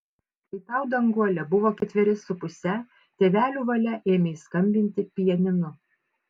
kai tau danguole buvo ketveri su puse tėvelių valia ėmei skambinti pianinu